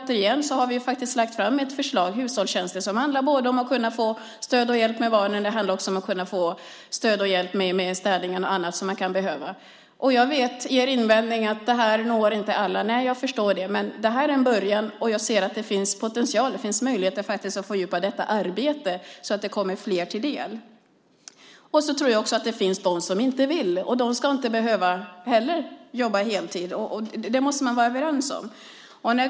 Vi har faktiskt lagt fram ett förslag om hushållstjänster. Det handlar om att kunna få stöd och hjälp med barnen och stöd och hjälp med städning och annat. Jag vet er invändning att detta inte når alla. Jag förstår det, men det är en början. Jag ser att det finns potential. Det finns möjlighet att fördjupa det arbetet så att det kommer fler till del. Jag tror att det också finns de som inte vill. De ska inte heller behöva jobba heltid. Det måste man vara överens om.